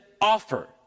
offer